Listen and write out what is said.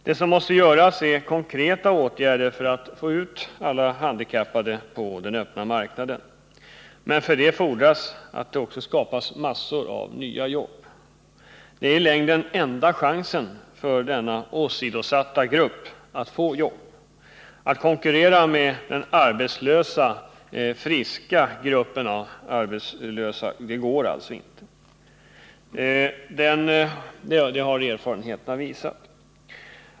Vad som behövs är konkreta åtgärder för att få ut alla handikappade på den öppna marknaden, men för det fordras att det skapas massor av nya jobb. Det är i längden enda chansen för denna åsidosatta grupp att få arbete. Att konkurrera med den ”friska” gruppen av arbetslösa går alltså inte; det har erfarenheterna visat.